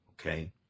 Okay